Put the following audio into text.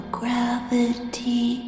gravity